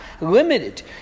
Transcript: limited